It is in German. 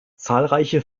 zahlreiche